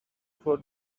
for